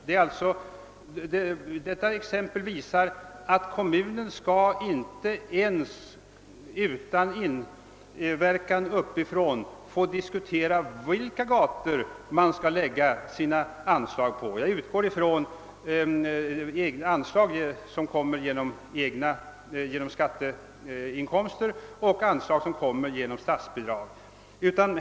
Detta exempel visar att kommunen inte ens skall få utan direktiv uppifrån diskutera vilka gator man skall använda anslagen för. Jag menar med anslag sådana som finansieras med skatteinkomster respektive statsbidrag.